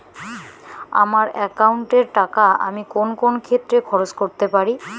আমার একাউন্ট এর টাকা আমি কোন কোন ক্ষেত্রে খরচ করতে পারি?